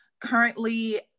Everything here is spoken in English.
Currently